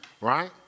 right